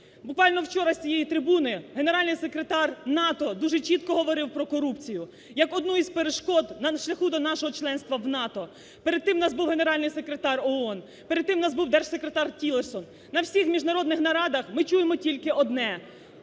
Буквально вчора з цієї трибуни Генеральний секретар НАТО дуже чітко говорив про корупцію як одну із перешкод на шляху до нашого членства в НАТО, перед тим в нас був Генеральний секретар ООН, перед тим в нас був Держсекретар Тіллерсон. На всіх міжнародних нарадах ми чуємо тільки одне: